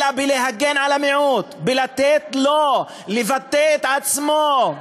אלא להגן על המיעוט, לתת לו לבטא את עצמו.